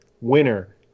winner